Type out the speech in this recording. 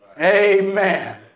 Amen